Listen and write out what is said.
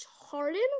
Harden